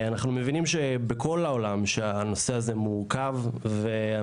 אנחנו מבינים שהנושא הזה מורכב בכל העולם,